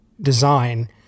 design